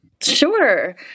Sure